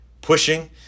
pushing